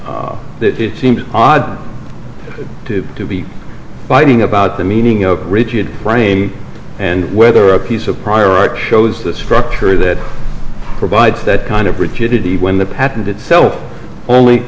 that seems odd to be biting about the meaning of rigid and whether a piece of prior art shows the structure that provides that kind of rigidity when the patent itself only